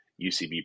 UCB